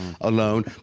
alone